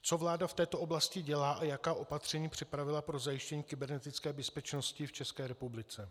Co vláda v této oblasti dělá a jaká opatření připravila pro zajištění kybernetické bezpečnosti v České republice?